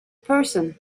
person